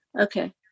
okay